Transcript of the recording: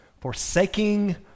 Forsaking